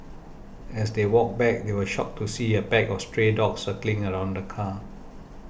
as they walked back they were shocked to see a pack of stray dogs circling around the car